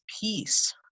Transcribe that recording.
peace